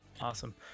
awesome